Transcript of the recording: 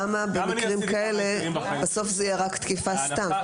למה במקרים כאלה בסוף זאת תהיה רק תקיפה סתם.